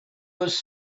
was